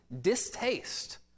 distaste